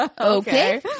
okay